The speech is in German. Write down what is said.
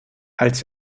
als